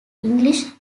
english